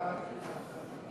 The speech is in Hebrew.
ההצעה